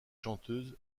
chanteuse